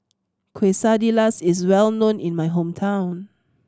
quesadillas is well known in my hometown